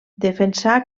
defensà